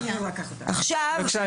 בבקשה,